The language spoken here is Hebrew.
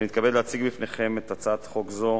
אני מתכבד להציג לכם את הצעת החוק הזאת.